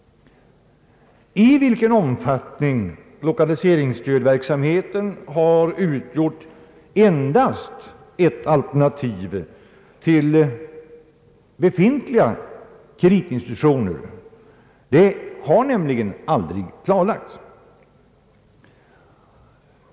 I vilken omfattning som lokaliseringsstödverksamheten har utgjort endast ett alternativ till befintliga kreditinstitutioner har nämligen aldrig klarlagts.